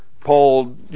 Paul